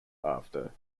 after